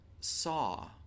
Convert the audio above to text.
saw